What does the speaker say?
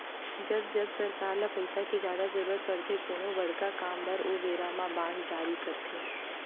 जब जब सरकार ल पइसा के जादा जरुरत पड़थे कोनो बड़का काम बर ओ बेरा म बांड जारी करथे